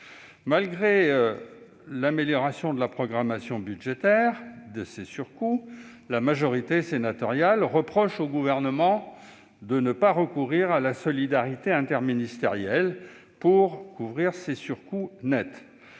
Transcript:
Malgré l'amélioration de la programmation budgétaire des surcoûts, la majorité sénatoriale reproche au Gouvernement de ne pas recourir à la solidarité interministérielle pour couvrir ces surcoûts nets.